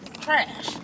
trash